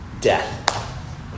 death